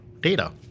data